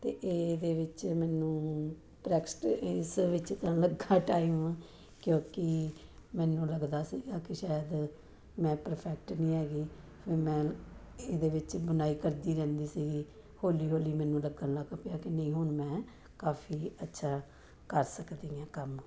ਅਤੇ ਇਹਦੇ ਵਿੱਚ ਮੈਨੂੰ ਪਰੈਕਸਟ ਇਸ ਵਿੱਚ ਤਾਂ ਲੱਖਾਂ ਟਾਈਮ ਕਿਉਂਕਿ ਮੈਨੂੰ ਲੱਗਦਾ ਸੀਗਾ ਕਿ ਸ਼ਾਇਦ ਮੈਂ ਪਰਫੈਕਟ ਨਹੀਂ ਹੈਗੀ ਫਿਰ ਮੈਂ ਇਹਦੇ ਵਿੱਚ ਬੁਣਾਈ ਕਰਦੀ ਰਹਿੰਦੀ ਸੀਗੀ ਹੌਲੀ ਹੌਲੀ ਮੈਨੂੰ ਲੱਗਣ ਲੱਗ ਪਿਆ ਕਿ ਨਹੀਂ ਹੁਣ ਮੈਂ ਕਾਫੀ ਅੱਛਾ ਕਰ ਸਕਦੀ ਹਾਂ ਕੰਮ